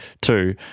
two